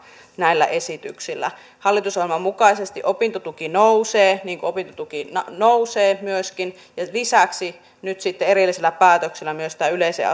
näillä esityksillä hallitusohjelman mukaisesti opintotuki nousee niin kuin opintotuki myöskin nousee ja lisäksi nyt sitten erillisellä päätöksellä tulee myös tämä yleiseen